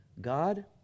God